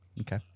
Okay